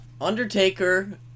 Undertaker